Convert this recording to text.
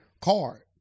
card